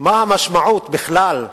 מה המשמעות, בכלל,